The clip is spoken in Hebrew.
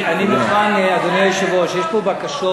אני מוכן, אדוני היושב-ראש, יש פה בקשות,